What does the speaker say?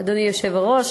אדוני היושב-ראש,